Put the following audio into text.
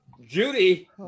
Judy